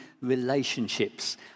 relationships